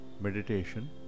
meditation